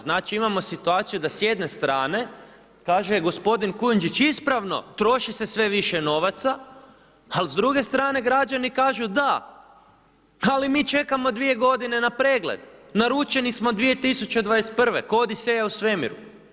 Znači imamo situaciju da s jedne strane kaže gospodin Kujundžić ispravno troši se sve više novaca ali s druge strane građani kažu da, ali mi čekamo 2 godine na pregled, naručeni smo 2012. kao Odiseja u svemiru.